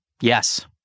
yes